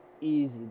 easy